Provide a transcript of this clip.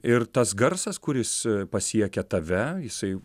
ir tas garsas kuris pasiekia tave jisai